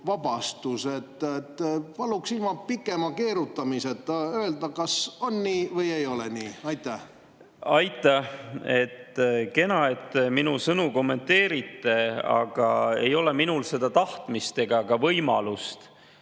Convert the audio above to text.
maksuvabastus. Paluksin ilma pikema keerutamiseta öelda, kas on nii või ei ole. Aitäh! Kena, et minu sõnu kommenteerite, aga ei ole minul seda tahtmist ega ka võimalust